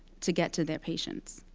to get to their patients.